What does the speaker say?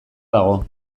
dago